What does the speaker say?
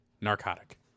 narcotic